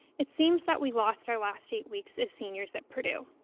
it seems that we lost our last eight weeks as seniors at purdue.